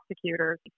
prosecutors